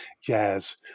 jazz